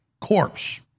corpse